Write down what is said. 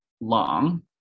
long